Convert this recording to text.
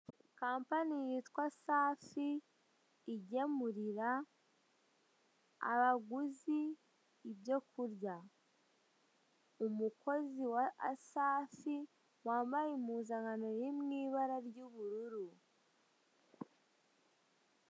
Kampani yitwa safi igemurira abaguzi ibyo kurya, umukozi wa asafi wambaye impuzankano iri mw'ibara ry'ubururu.